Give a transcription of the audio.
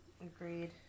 agreed